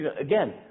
again